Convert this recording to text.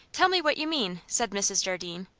tell me what you mean, said mrs. jardine.